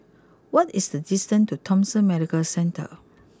what is the distance to Thomson Medical Centre